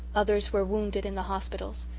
others were wounded in the hospitals.